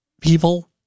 people